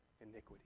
iniquity